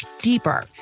deeper